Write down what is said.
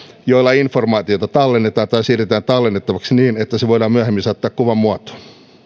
joilla informaatiota tallennetaan tai siirretään tallennettavaksi niin että se voidaan myöhemmin saattaa kuvan muotoon